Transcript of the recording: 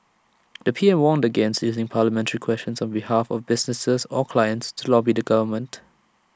the P M warned against using parliamentary questions on behalf of businesses or clients to lobby the government